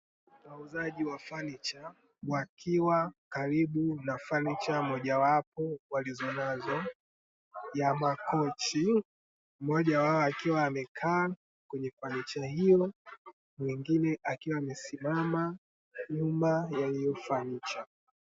Wauzaji wa fanicha wakiwa karibu na fanicha moja wapo walizonazo ya makochi, mmoja wao akiwa amekaa kwenye fanicha hiyo mwingine akiwa amesimama nyuma ya hiyo fanicha.